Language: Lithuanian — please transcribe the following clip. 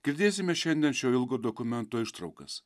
girdėsime šiandien šio ilgo dokumento ištraukas